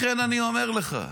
לכן אני אומר לך.